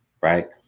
right